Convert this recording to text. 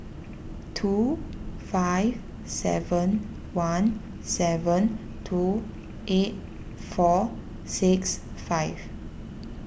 two five seven one seven two eight four six five